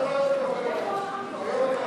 לדיון מוקדם בוועדה שתקבע ועדת